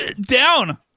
Down